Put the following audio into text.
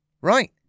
Right